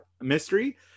mystery